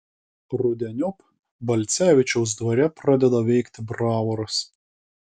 rudeniop balcevičiaus dvare pradeda veikti bravoras